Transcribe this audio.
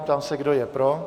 Ptám se, kdo je pro.